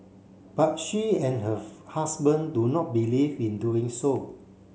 but she and her husband do not believe in doing so